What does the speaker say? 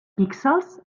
píxels